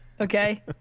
Okay